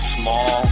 small